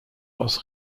aus